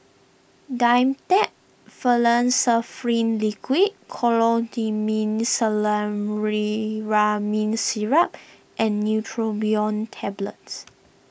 Dimetapp Liquid Syrup and Neurobion Tablets